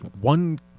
one